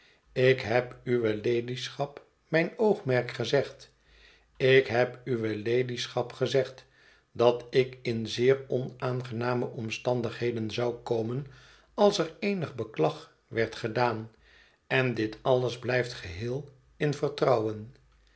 ik heb uwe ladyschap mijn oogmerk gezegd ik heb uwe ladyschap gezegd dat ik in zeer onaangename omstandigheden zou komen als er eenig beklag werd gedaan en dit alles blijft geheel in vertrouwen